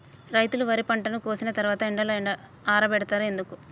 రైతులు వరి పంటను కోసిన తర్వాత ఎండలో ఆరబెడుతరు ఎందుకు?